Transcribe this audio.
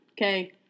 Okay